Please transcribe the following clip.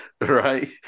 right